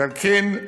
ועל כן,